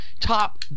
top